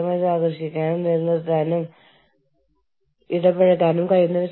എന്ത് ചെയ്യാൻ കഴിയും ചെയ്യാൻ കഴിയില്ല എന്ത് ചെയ്യണം ചെയ്യരുത് എന്ന് മാത്രമേ അവർക്ക് പറയാൻ കഴിയൂ